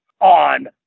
on